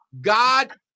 God